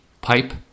pipe